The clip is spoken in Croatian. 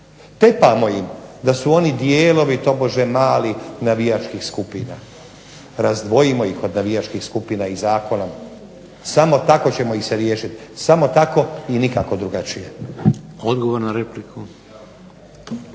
Tepamo im da su oni dijelovi tobože malih navijačkih skupina. Razdvojimo ih od navijačkih skupina i zakonom. Samo tako ćemo ih se riješiti, samo tako i nikako drugačije.